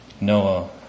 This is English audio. Noah